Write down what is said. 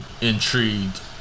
intrigued